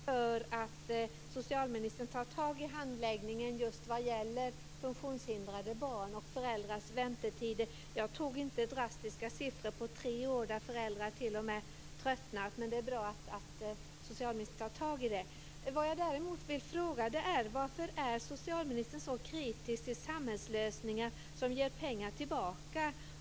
Fru talman! Jag tackar socialministern för att socialministern tar tag i handläggningen just vad gäller funktionshindrade barn och föräldrars väntetider. Jag tog inte upp drastiska siffror på tre år och föräldrar som t.o.m. har tröttnat. Men det är bra att socialministern tar tag i det.